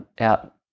out